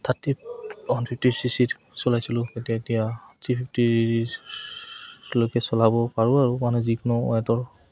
thirty one fifty C C ৰ চলাইছিলোঁ কিন্তু এতিয়া থ্ৰী ফিফটিলৈকে চলাব পাৰোঁ আৰু মানে যিকোনো ৱেটৰ